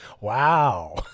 Wow